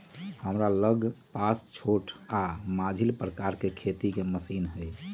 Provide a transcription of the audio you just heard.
हमरा लग पास छोट आऽ मझिला प्रकार के खेती के मशीन हई